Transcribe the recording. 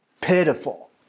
pitiful